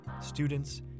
students